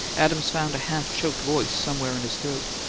adams found a half-choked voice somewhere in his throat.